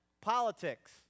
politics